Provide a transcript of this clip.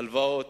הלוואות,